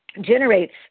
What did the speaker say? generates